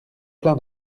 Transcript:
plein